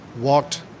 walked